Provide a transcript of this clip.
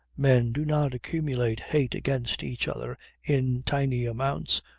men do not accumulate hate against each other in tiny amounts,